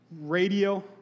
radio